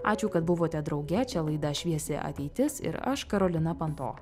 ačiū kad buvote drauge čia laida šviesi ateitis ir aš karolina panto